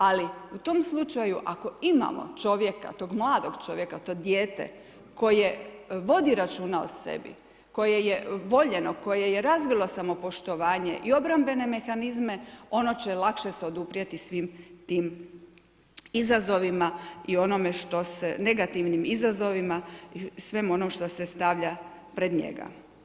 Ali u tom slučaju ako imamo čovjeka, tog mladog čovjeka, to dijete koje vodi računa o sebi, koje je voljeno, koje je razvilo samopoštovanje i obrambene mehanizme ono će se lakše oduprijeti svim tim izazovima i negativnim izazovima i svemu onome što se stavlja pred njega.